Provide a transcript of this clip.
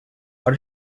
are